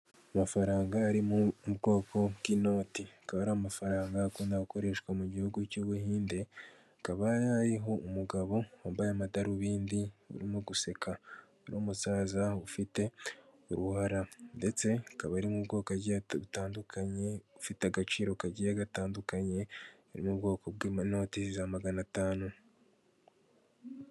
Amafaranga ari mu bwoko bw'inote. Akaba ari amafaranga akoreshwa mu gihugu cy'ubuhinde, hakaba hariho umugabo wambaye amadarubindi urimo guseka n'umusaza ufite uruhara. Ndetse akaba ari mu bwoko bugiye butandukanye bufite agaciro kagiye gatandukanye ari mu bwoko bw'inote za magana atanu.